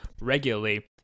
regularly